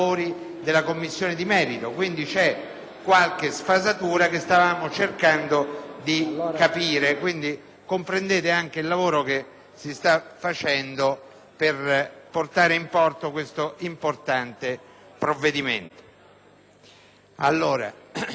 qualche sfasatura che stavamo cercando di capire. Potete comprendere anche il lavoro che si sta facendo per portare in porto questo importante provvedimento. Per quanto